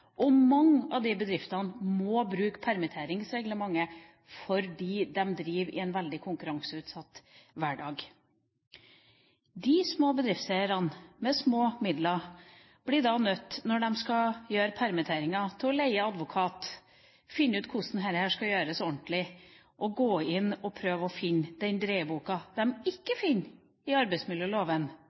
og mange av bedriftene må bruke permitteringsreglementet fordi de driver i en veldig konkurranseutsatt hverdag. De små bedriftseierne, med små midler, blir da nødt til, når de skal gjøre permitteringer, å leie advokat, finne ut hvordan dette skal gjøres ordentlig, og gå inn og prøve å finne den dreieboka de ikke finner i arbeidsmiljøloven